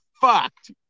fucked